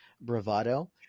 bravado